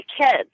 kids